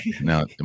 Now